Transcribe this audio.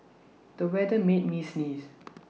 the weather made me sneeze